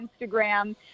Instagram